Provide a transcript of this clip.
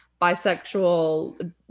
bisexual